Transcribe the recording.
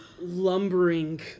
lumbering